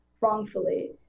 wrongfully